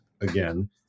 again